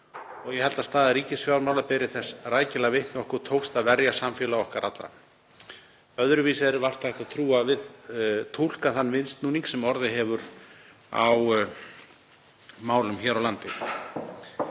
og ég held að staða ríkisfjármála beri þess rækilega vitni. Okkur tókst að verja samfélag okkar allra. Öðruvísi er vart hægt að túlka þann viðsnúning sem orðið hefur á málum hér á landi